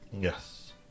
Yes